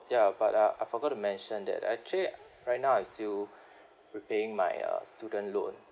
ya but uh I forgot to mention that actually right now I still repaying my uh student loan